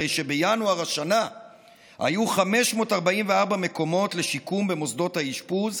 הרי שבינואר השנה היו 544 מקומות לשיקום במוסדות האשפוז,